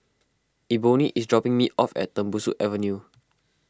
Ebony is dropping me off at Tembusu Avenue